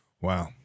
Wow